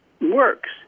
Works